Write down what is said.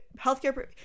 healthcare